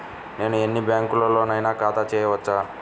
నేను ఎన్ని బ్యాంకులలోనైనా ఖాతా చేయవచ్చా?